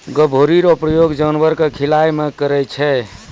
गभोरी रो प्रयोग जानवर के खिलाय मे करै छै